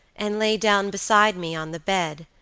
and lay down beside me on the bed,